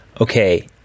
okay